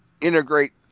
integrate